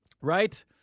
Right